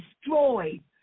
destroyed